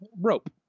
Rope